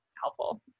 helpful